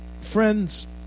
Friends